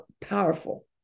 powerful